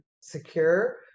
secure